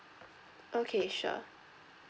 okay sure